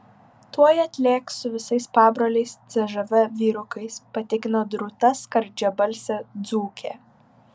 tuoj atlėks su visais pabroliais cžv vyrukais patikino drūta skardžiabalsė dzūkė